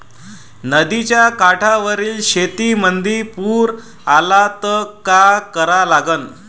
नदीच्या काठावरील शेतीमंदी पूर आला त का करा लागन?